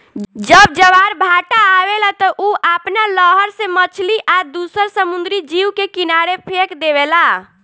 जब ज्वार भाटा आवेला त उ आपना लहर से मछली आ दुसर समुंद्री जीव के किनारे फेक देवेला